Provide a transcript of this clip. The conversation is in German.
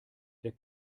der